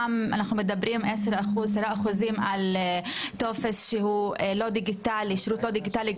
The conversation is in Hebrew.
הנותרים 10% שירות לא דיגיטלי,